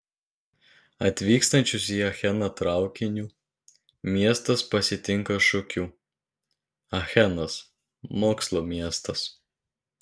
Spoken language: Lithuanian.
atvykstančius į acheną traukiniu miestas pasitinka šūkiu achenas mokslo miestas